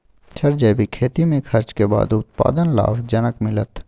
Sir जैविक खेती में खर्च के बाद उत्पादन लाभ जनक मिलत?